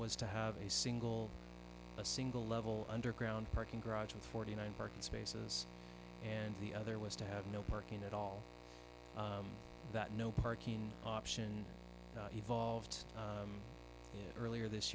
was to have a single a single level underground parking garage with forty nine parking spaces and the other was to have no parking at all that no parking option evolved earlier this